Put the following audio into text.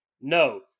No